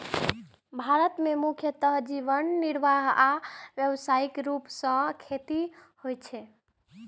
भारत मे मुख्यतः जीवन निर्वाह आ व्यावसायिक रूप सं खेती होइ छै